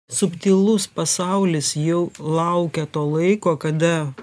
subtilus pasaulis jau laukia to laiko kada